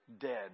dead